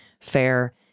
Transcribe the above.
fair